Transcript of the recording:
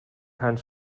keinen